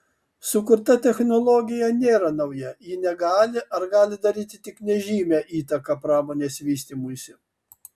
sukurta technologija nėra nauja ji negali ar gali daryti tik nežymią įtaką pramonės vystymuisi